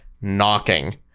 knocking